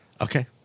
Okay